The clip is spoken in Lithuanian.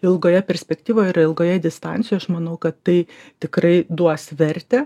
ilgoje perspektyvoje ir ilgoje distancijoj aš manau kad tai tikrai duos vertę